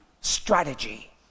strategy